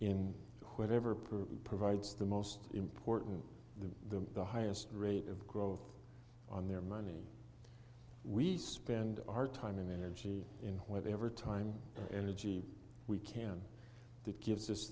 in whatever provides the most important the highest rate of growth on their money we spend our time and energy in whatever time and energy we can that gives us